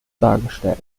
dargestellt